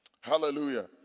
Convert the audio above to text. Hallelujah